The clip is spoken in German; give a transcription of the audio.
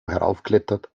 heraufklettert